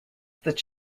that